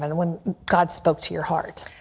ah when god spoke to your heart.